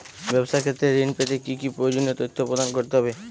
ব্যাবসা ক্ষেত্রে ঋণ পেতে কি কি প্রয়োজনীয় তথ্য প্রদান করতে হবে?